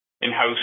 in-house